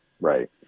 Right